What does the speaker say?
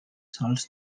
sols